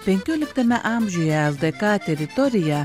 penkioliktame amžiuje ldk teritorija